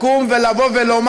לקום ולומר: